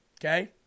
okay